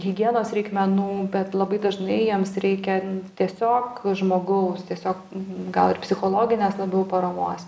higienos reikmenų bet labai dažnai jiems reikia tiesiog žmogaus tiesiog gal ir psichologinės labiau paramos